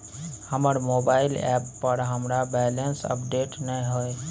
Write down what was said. हमर mobile app पर हमरा बैलेंस अपडेट नय हय